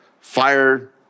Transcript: fire